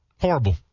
Horrible